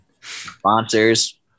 Sponsors